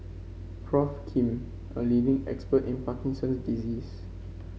Prof Kim a leading expert in Parkinson's disease